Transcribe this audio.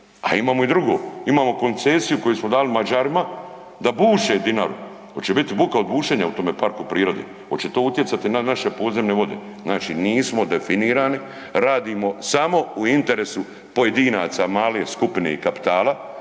a imamo i drugo. Imamo koncesiju koju smo dali Mađarima da buše Dinaru. Hoće biti buka od bušenja u tome parku prirode? Hoće to utjecati na naše podzemne vode? Znači nismo definirali, radimo samo u interesu pojedinaca, male skupine kapitala,